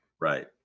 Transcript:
Right